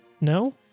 No